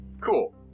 cool